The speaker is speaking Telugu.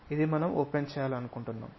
ఇది మనం ఓపెన్ చేయాలనుకుంటున్నాము